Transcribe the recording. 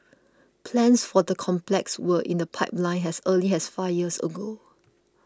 plans for the complex were in the pipeline as early as five years ago